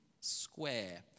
square